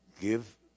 give